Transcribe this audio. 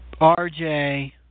RJ